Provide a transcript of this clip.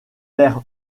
der